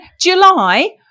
July